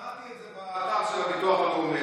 קראתי את זה בדף של הביטוח הלאומי.